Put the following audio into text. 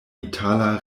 itala